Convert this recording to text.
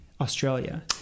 Australia